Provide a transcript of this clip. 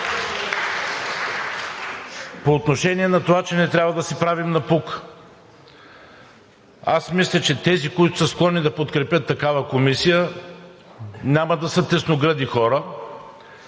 По отношение на това, че не трябва да си правим напук, аз мисля, че тези, които са склонни да подкрепят такава комисия, няма да са тесногръди хора